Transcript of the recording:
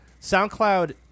SoundCloud